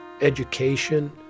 education